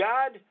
God